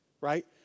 right